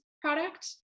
product